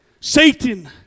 Satan